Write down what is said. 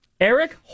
Eric